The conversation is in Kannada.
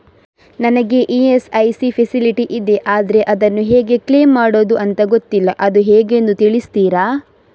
ನನಗೆ ಇ.ಎಸ್.ಐ.ಸಿ ಫೆಸಿಲಿಟಿ ಇದೆ ಆದ್ರೆ ಅದನ್ನು ಹೇಗೆ ಕ್ಲೇಮ್ ಮಾಡೋದು ಅಂತ ಗೊತ್ತಿಲ್ಲ ಅದು ಹೇಗೆಂದು ತಿಳಿಸ್ತೀರಾ?